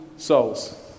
souls